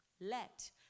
let